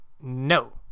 No